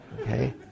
Okay